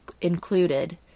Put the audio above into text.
included